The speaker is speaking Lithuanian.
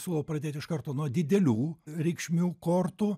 siūlau pradėti iš karto nuo didelių reikšmių kortų